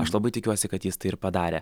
aš labai tikiuosi kad jis tai ir padarė